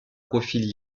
profil